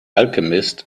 alchemist